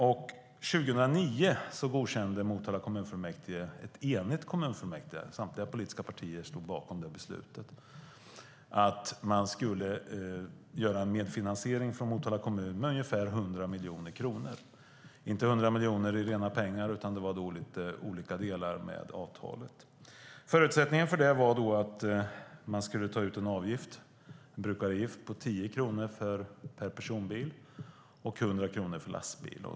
2009 godkände ett enigt Motala kommunfullmäktige - samtliga politiska partier stod bakom beslutet - att Motala kommun skulle göra en medfinansiering med ungefär 100 miljoner kronor. Det var inte 100 miljoner i rena pengar utan lite olika delar med avtalet. Förutsättningen var att man skulle ta ut en brukaravgift på 10 kronor per personbil och 100 kronor per lastbil.